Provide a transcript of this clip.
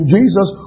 Jesus